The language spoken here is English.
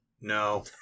No